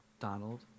Donald